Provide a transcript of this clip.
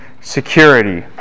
security